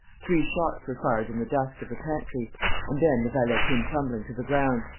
three shots were fired in the dusk of the pantry and then the valet came tumbling to the ground,